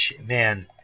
Man